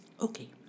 Okay